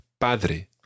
Padre